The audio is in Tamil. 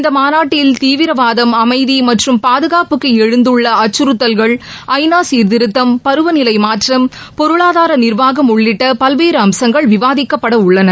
இந்த மாநாட்டில் தீவிரவாதம் அமைதி மற்றும் பாதுகாப்புக்கு எழுந்துள்ள அச்கறுத்தல்கள் ஐநா சீர்திருத்தம் பருவநிலை மாற்றம் பொருளாதார நிர்வாகம் உள்ளிட்ட பல்வேறு அம்சங்கள் விவாதிக்கப்படவுள்ளன